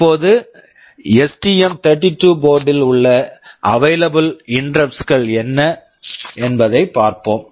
இப்போது S T M thirty two STM32 board board -ல் உள்ள அவைலபிள் available இன்டெரப்ட்ஸ் interrupts கள் என்ன என்பதைப் பார்ப்போம்